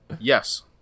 Yes